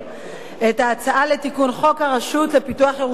את ההצעה לתיקון חוק הרשות לפיתוח ירושלים,